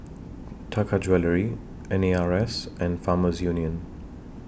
Taka Jewelry N A R S and Farmers Union